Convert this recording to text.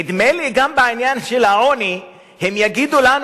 נדמה לי שגם בעניין של העוני הם יגידו לנו,